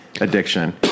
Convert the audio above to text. addiction